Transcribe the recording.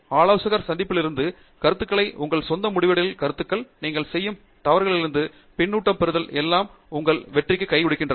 ஆலோசகர் சந்திப்புகளிலிருந்து கருத்துகள் உங்கள் சொந்த முடிவுகளிலிருந்து கருத்துகள் நீங்கள் செய்யும் தவறுகளிலிருந்து பின்னூட்டம் பெறுதல் எல்லாம் உங்கள் வெற்றி கொடுக்கிறது